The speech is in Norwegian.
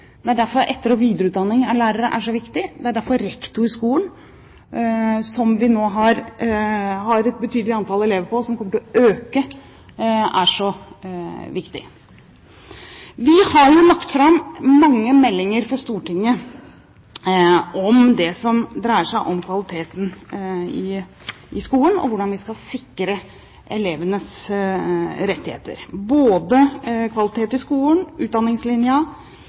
Det er derfor etter- og videreutdanning for lærere er så viktig. Det er derfor rektorskolen, som vi nå har et betydelig antall elever på, og der elevtallet kommer til å øke, er så viktig. Vi har lagt fram mange meldinger for Stortinget om det som dreier seg om kvaliteten i skolen og hvordan vi skal sikre elevenes rettigheter. Både meldingen Kvalitet i skolen, meldingen Utdanningslinja